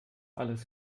alles